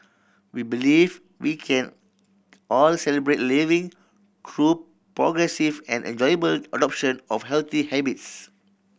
we believe we can all Celebrate Living through progressive and enjoyable adoption of healthy habits